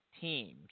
teams